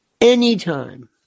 Anytime